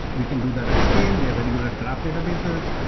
we can do that at scale. we are very good at graph databases.